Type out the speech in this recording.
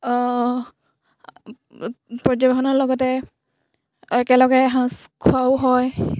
পৰ্যবেক্ষণৰ লগতে একেলগে এসাঁজ খোৱাও হয়